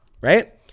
Right